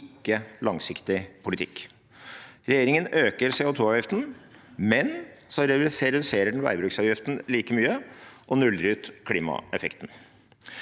ikke langsiktig politikk. Regjeringen øker CO2-avgiften, men så reduserer den veibruksavgiften like mye og nuller ut klimaeffekten.